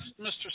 mr